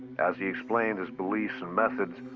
as he explained his beliefs and methods,